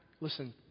listen